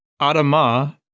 Adama